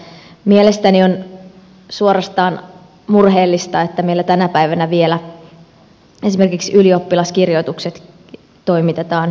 mielestäni on suorastaan murheellista että meillä tänä päivänä vielä esimerkiksi ylioppilaskirjoitukset toimitetaan käsin kirjoittaen